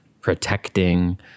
protecting